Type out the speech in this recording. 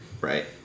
Right